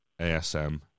ASM